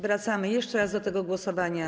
Wracamy jeszcze raz do tego głosowania.